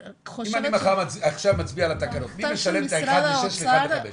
אם אני עכשיו מצביע על התקנות מי משלם את המעבר מאחד לשש לאחד לחמש?